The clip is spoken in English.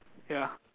ya